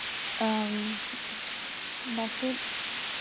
বাকী